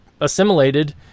assimilated